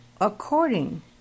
according